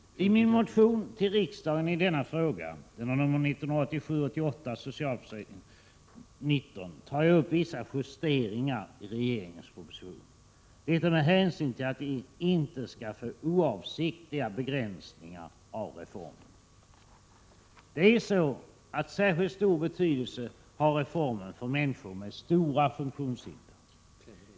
I min motion till riksdagen i denna fråga — 1987/88:Sf19 — tar jag upp vissa justeringar i regeringens proposition, detta med hänsyn till att vi inte skall få oavsiktliga begränsningar av reformen. Särskilt stor betydelse har reformen för människor med stora funktionshinder.